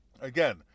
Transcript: Again